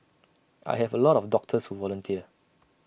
I have A lot of doctors who volunteer